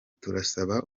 turasaba